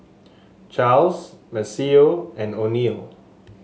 Charles Maceo and Oneal